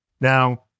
Now